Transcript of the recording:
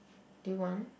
do you want